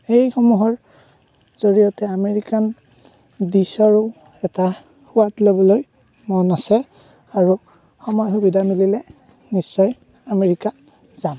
সেইসমূহৰ জৰিয়তে আমেৰিকান দিছৰো এটা সোৱাদ ল'বলৈ মন আছে আৰু সময় সুবিধা মিলিলে নিশ্চয় আমেৰিকা যাম